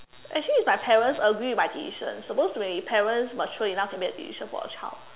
actually if my parents agree with my decision supposed to be parents must sure enough to make a decision for a child